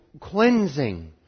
cleansing